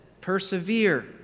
persevere